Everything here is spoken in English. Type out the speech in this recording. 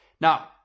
Now